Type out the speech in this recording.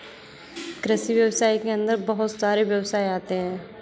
कृषि व्यवसाय के अंदर बहुत सारे व्यवसाय आते है